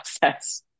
process